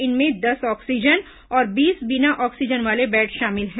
इनमें दस ऑक्सीजन और बीस बिना ऑक्सीजन वाले बेड शामिल हैं